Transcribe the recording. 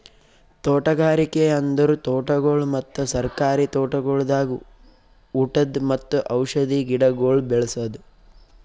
ತೋಟಗಾರಿಕೆ ಅಂದುರ್ ತೋಟಗೊಳ್ ಮತ್ತ ಸರ್ಕಾರಿ ತೋಟಗೊಳ್ದಾಗ್ ಉಟದ್ ಮತ್ತ ಔಷಧಿ ಗಿಡಗೊಳ್ ಬೇಳಸದ್